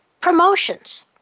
promotions